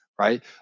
right